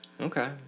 Okay